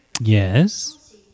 yes